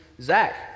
Zach